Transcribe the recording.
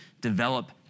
develop